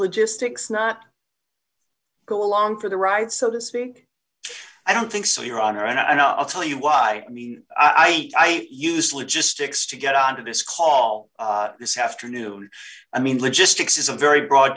logistics not go along for the ride so to speak i don't think so your honor and i'll tell you why i mean i hate i use logistics to get on to this call this afternoon i mean logistics is a very broad